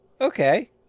okay